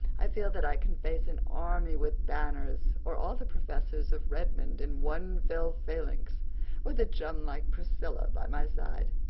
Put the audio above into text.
i feel that i can face an army with banners or all the professors of redmond in one fell phalanx with a chum like priscilla by my side.